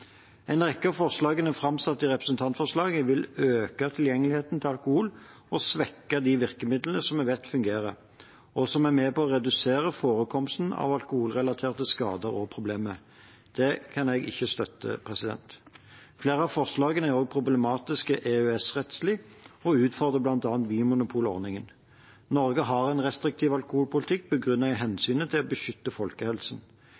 En rekke av forslagene framsatt i representantforslaget vil øke tilgjengeligheten til alkohol og svekke de virkemidlene som vi vet fungerer, og som er med på å redusere forekomsten av alkoholrelaterte skader og problemer. Det kan jeg ikke støtte. Flere av forslagene er også problematiske EØS-rettslig og utfordrer bl.a. vinmonopolordningen. Norge har en restriktiv alkoholpolitikk begrunnet i